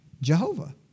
Jehovah